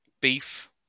beef